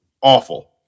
awful